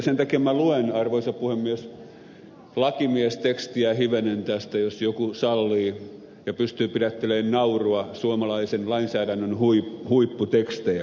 sen takia minä luen arvoisa puhemies lakimiestekstiä hivenen tästä jos joku sallii ja pystyy pidättelemään naurua suomalaisen lainsäädännön huipputekstejä